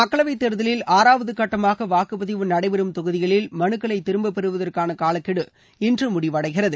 மக்களவை தேர்தலில் ஆறாவது கட்டமாக வாக்குப்பதிவு நடைபெறும் தொகுதிகளில் மனுக்களை திரும்ப பெறுவதற்கான காலக்கெடு இன்று முடிவடைகிறது